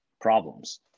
Problems